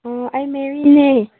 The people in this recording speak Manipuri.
ꯑꯥ ꯑꯩ ꯃꯦꯔꯤꯅꯦ